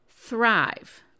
thrive